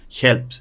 help